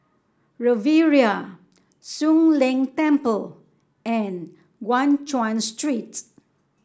Riviera Soon Leng Temple and Guan Chuan Street